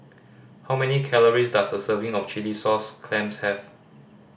how many calories does a serving of chilli sauce clams have